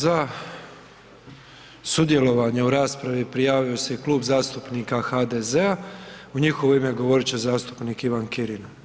Za sudjelovanje u raspravi prijavio se i Klub zastupnika HDZ-a u njihovo ime govorit će zastupnik Ivan Kirin.